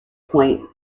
point